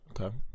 Okay